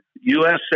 usa